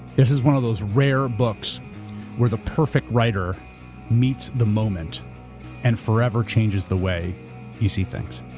this is one of those rare books were the perfect writer meets the moment and forever changes the way you see things.